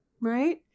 Right